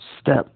step